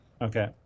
Okay